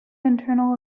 internal